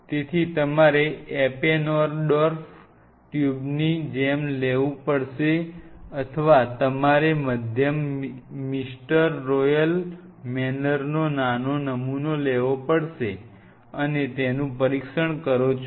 તેથી તમારે એપેન્ડોર્ફ ટ્યુબની જેમ લેવું પડશે અથવા તમારે મધ્યમ મિસ્ટર રોયલ મેનર નો નાનો નમૂનો લેવો પડશે અને તમે તેનું પરીક્ષણ કરો છો